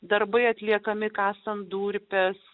darbai atliekami kasant durpes